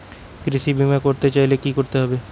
কৃষি বিমা করতে চাইলে কি করতে হবে?